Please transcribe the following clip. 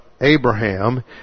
Abraham